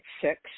six